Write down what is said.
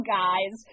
guys